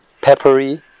peppery